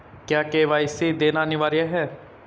क्या के.वाई.सी देना अनिवार्य है?